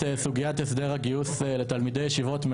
ולא משיגה את מטרתה המוצהרת לגייס תלמידי ישיבות.